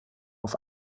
auf